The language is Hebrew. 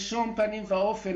בשום פנים ואופן,